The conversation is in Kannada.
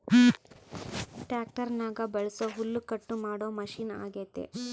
ಟ್ಯಾಕ್ಟರ್ನಗ ಬಳಸೊ ಹುಲ್ಲುಕಟ್ಟು ಮಾಡೊ ಮಷಿನ ಅಗ್ಯತೆ